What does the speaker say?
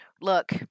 Look